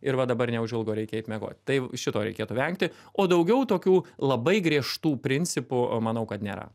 ir va dabar neužilgo reikia eit miegot tai šito reikėtų vengti o daugiau tokių labai griežtų principų manau kad nėra